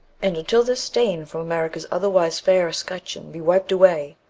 and until this stain from america's otherwise fair escutcheon be wiped away,